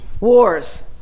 Wars